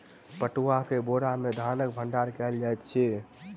पटुआ के बोरा में धानक भण्डार कयल जाइत अछि